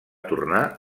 tornar